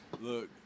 look